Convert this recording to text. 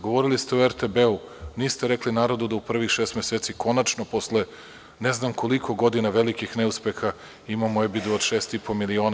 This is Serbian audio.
Govorili ste o RTB-u, niste rekli narodu da u prvih šest meseci konačno posle ne znam koliko godina velikih neuspeha imamo EBD od šest miliona.